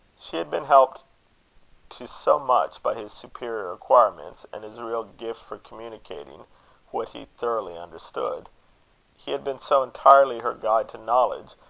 she had been helped to so much by his superior acquirements, and his real gift for communicating what he thoroughly understood he had been so entirely her guide to knowledge,